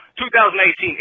2018